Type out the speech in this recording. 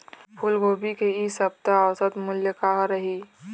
फूलगोभी के इ सप्ता औसत मूल्य का रही?